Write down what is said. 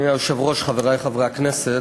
אדוני היושב-ראש, חברי חברי הכנסת,